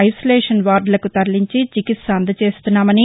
isolation వార్డులకు తరలించి చికిత్స అందచేస్తున్నామని